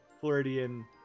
floridian